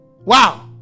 wow